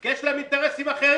כי יש להם אינטרסים אחרים.